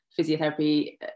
physiotherapy